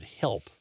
help